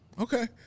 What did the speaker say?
okay